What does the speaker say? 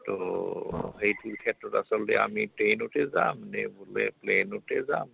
তো সেইটো ক্ষেত্ৰত আচলতে আমি ট্ৰেইনতে যাম নে বোলে প্লেনতে যাম